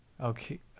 Okay